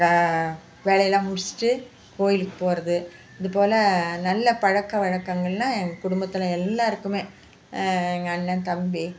வே வேலையெல்லாம் முடிச்சிவிட்டு கோயிலுக்கு போகறது இதுபோல் நல்ல பழக்க வழக்கங்கள்லாம் எங்கள் குடும்பத்தில் எல்லாருக்குமே எங்கள் அண்ணன் தம்பி